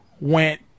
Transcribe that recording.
went